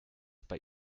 bei